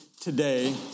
today